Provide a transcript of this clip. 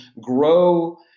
grow